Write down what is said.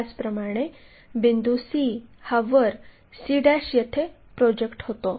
त्याचप्रमाणे बिंदू c हा वर c येथे प्रोजेक्ट होतो